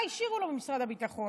מה השאירו לו ממשרד הביטחון?